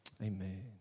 Amen